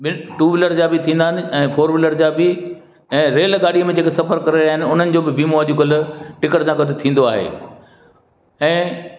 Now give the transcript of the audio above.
ॿिन two wheeler जा बि थींदा आहिनि ऐं फोर व्हीलर जा बि ऐं रेलगाॾीअ में जेका सफ़र करे रहिया आहिनि उन्हनि जो बि बीमो अॼुकल्ह टिकट सां गॾु थींदो आहे ऐं